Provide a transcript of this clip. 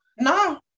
no